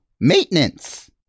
Maintenance